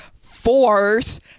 force